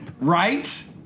Right